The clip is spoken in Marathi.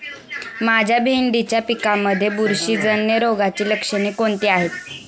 माझ्या भेंडीच्या पिकामध्ये बुरशीजन्य रोगाची लक्षणे कोणती आहेत?